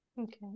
Okay